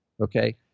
Okay